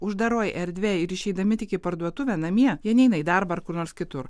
uždaroj erdvėj ir išeidami tik į parduotuvę namie jie neina į darbą ar kur nors kitur